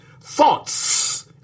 thoughts